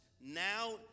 now